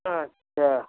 اچھا